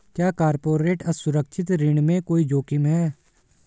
क्या कॉर्पोरेट असुरक्षित ऋण में कोई जोखिम है?